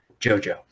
Jojo